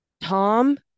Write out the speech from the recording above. Tom